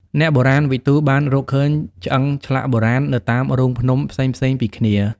អ្នកបុរាណវិទូបានរកឃើញឆ្អឹងឆ្លាក់បុរាណនៅតាមរូងភ្នំផ្សេងៗពីគ្នា។